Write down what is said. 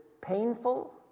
painful